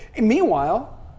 Meanwhile